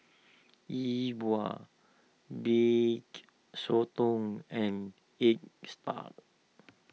Yi Bua B Sotong and Egg Spa